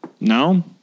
No